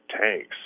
tanks